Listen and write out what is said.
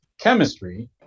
chemistry